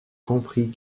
comprit